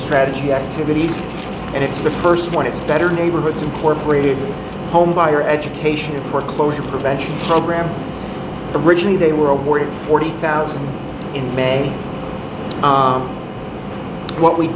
strategy activities and it's the first one it's better neighborhoods and corporate home buyer education the foreclosure prevention program originally they were awarded forty thousand in may what we